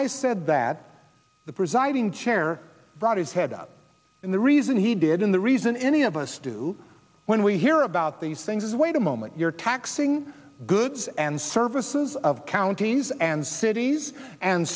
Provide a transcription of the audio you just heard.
i said that the presiding chair brought his head up and the reason he didn't the reason any of us do when we hear about these things is wait a moment you're taxing goods and services of counties and cities and